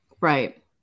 Right